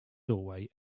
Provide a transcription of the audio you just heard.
doorway